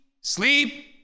sleep